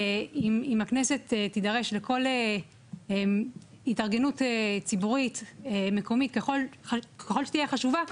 שאם הכנסת תידרש לכל התארגנות ציבורית מקומית ככל שתהיה חשובה,